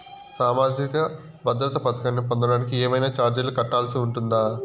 సామాజిక భద్రత పథకాన్ని పొందడానికి ఏవైనా చార్జీలు కట్టాల్సి ఉంటుందా?